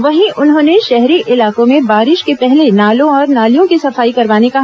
वहीं उन्होंने शहरी इलाकों में बारिश के पहले नालों और नालियों की सफाई करवाने कहा